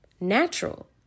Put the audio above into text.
natural